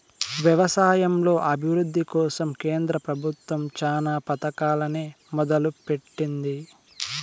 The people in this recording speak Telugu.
వ్యవసాయంలో అభివృద్ది కోసం కేంద్ర ప్రభుత్వం చానా పథకాలనే మొదలు పెట్టింది